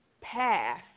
path